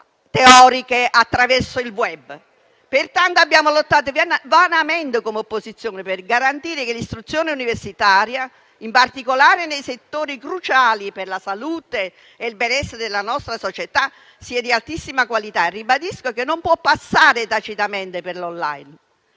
teoriche attraverso il *web*. Abbiamo pertanto lottato, come opposizione, per garantire che l'istruzione universitaria, in particolare nei settori cruciali per la salute e il benessere della nostra società, sia di altissima qualità e ribadisco che non può passare tacitamente per i